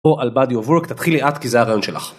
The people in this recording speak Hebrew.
או על body of work תתחיל לאט כי זה הרעיון שלך.